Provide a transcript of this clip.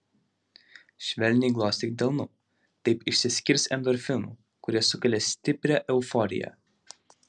švelniai glostyk delnu taip išsiskirs endorfinų kurie sukelia stiprią euforiją